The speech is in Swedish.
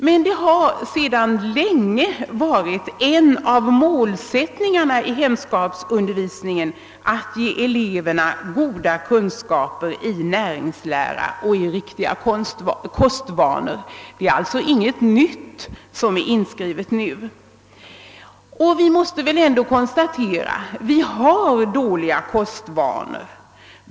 Det har emellertid sedan lång tid tillbaka varit en av målsättningarna för hemkunskapsundervisningen att ge eleverna goda kunskaper i näringslära och riktiga kostvanor. Det är alltså inget nytt som är inskrivet nu. Vi måste ändå konstatera att vi har dåliga kostvanor.